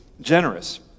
generous